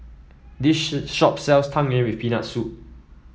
this shop sells Tang Yuen with Peanut Soup